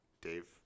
Dave